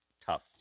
Tough